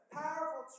powerful